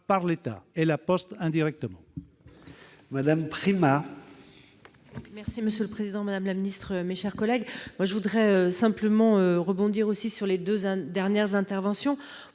par l'État et par La Poste indirectement.